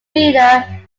leader